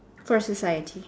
for society